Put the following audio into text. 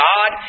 God